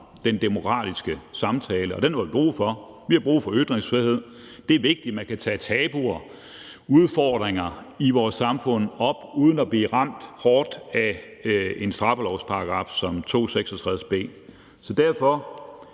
den demokratiske samtale, og den har vi brug for. Vi har brug for ytringsfrihed. Det er vigtigt, at man kan tage tabuer og udfordringer i vores samfund op uden at blive ramt hårdt af en straffelovsparagraf som § 266 b. Så derfor